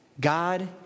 God